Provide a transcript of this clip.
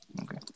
Okay